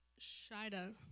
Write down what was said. Shida